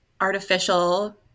artificial